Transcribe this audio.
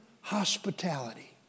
hospitality